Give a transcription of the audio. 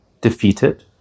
defeated